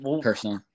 personally